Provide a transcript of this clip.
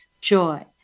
joy